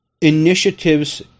initiatives